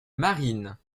marine